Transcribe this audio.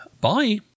bye